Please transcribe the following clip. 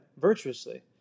virtuously